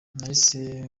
nahise